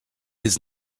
his